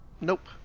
Nope